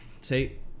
take